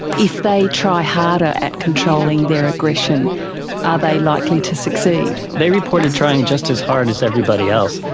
if they try harder at controlling their aggression, are they likely to succeed? they reported trying just as hard as everybody else,